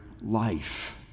life